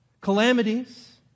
calamities